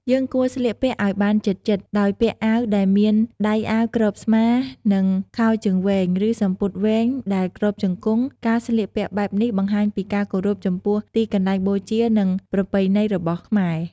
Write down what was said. យើងគួរ ស្លៀកពាក់ឲ្យបានជិតៗ ដោយពាក់អាវដែលមាន ដៃអាវគ្របស្មា និង ខោជើងវែង ឬសំពត់វែងដែលគ្របជង្គង់ ការស្លៀកពាក់បែបនេះបង្ហាញពីការគោរពចំពោះទីកន្លែងបូជានិងប្រពៃណីរបស់ខ្មែរ។